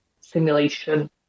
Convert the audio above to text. simulation